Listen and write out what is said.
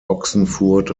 ochsenfurt